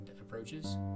approaches